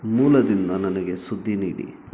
ಮೂಲದಿಂದ ನನಗೆ ಸುದ್ದಿ ನೀಡಿ